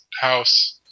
house